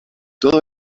todo